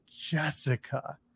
jessica